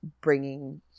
bringing